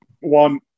one